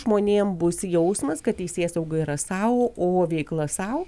žmonėm bus jausmas kad teisėsauga yra sau o veikla sau